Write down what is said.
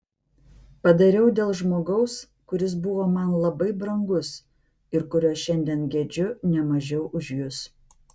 padariau dėl žmogaus kuris buvo man labai brangus ir kurio šiandien gedžiu ne mažiau už jus